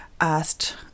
asked